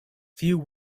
few